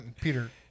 Peter